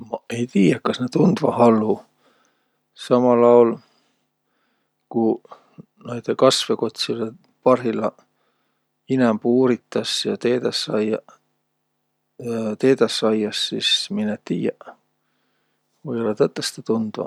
Maq ei tiiäq, kas nä tundvaq hallu. Samal aol, ku naidõ kasvõ kotsilõ parhilla inämb uuritas ja teedäq saiaq, teedäq saias, sis mineq tiiäq, või-ollaq tõtõstõ tundvaq.